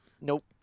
nope